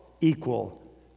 equal